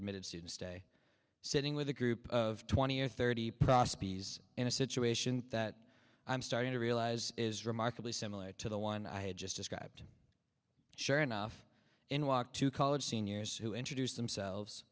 admitted students day sitting with a group of twenty or thirty prostheses in a situation that i'm starting to realize is remarkably similar to the one i had just described sure enough in walk to college seniors who introduce themselves